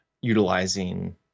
utilizing